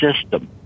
system